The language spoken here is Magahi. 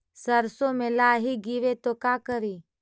सरसो मे लाहि गिरे तो का करि?